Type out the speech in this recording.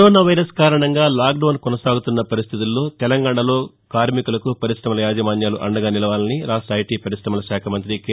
corona virus కారణంగా lockdown కొనసాగుతున్న పరిస్థితుల్లో తెలంగాణలో కార్నికులకు పర్కాశ్రమల యాజమన్యాలు అండగా నిలవాలని రాష్ట్ర ఐటీ పర్కాశ్రమల శాఖ మంత్రి కె